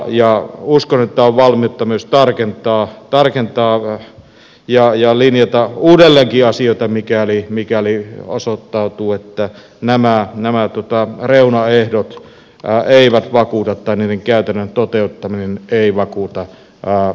uskon että on valmiutta myös tarkentaa ja linjata uudelleenkin asioita mikäli osoittautuu että nämä reunaehdot eivät vakuuta tai niiden käytännön toteuttaminen ei vakuuta eduskuntaa